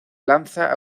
lanza